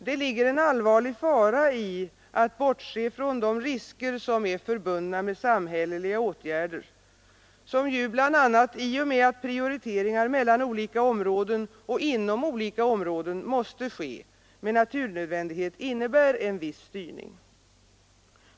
Det ligger en allvarlig fara i att bortse från de risker som är förbundna med samhälleliga åtgärder, som ju, bl.a. i och med att prioriteringar mellan olika områden och inom olika områden måste ske, med naturnödvändighet innebär en viss styrning.